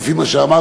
לפי מה שאמרת,